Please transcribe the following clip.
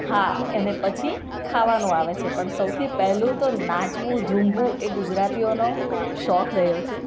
હા એને પછી ખાવાનું આવે છે પણ સૌથી પહેલું તો નાચવું જુમવું એ ગુજરાતીઓનો શોખ રહ્યો છે